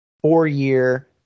four-year